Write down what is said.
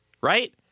right